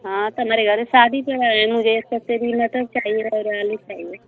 हाँ तो हमारे घर शादी पड़ा है मुझे एक पसेरी मटर चाहिए और आलू चाहिए